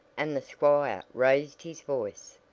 and the squire raised his voice.